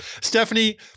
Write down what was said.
Stephanie